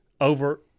over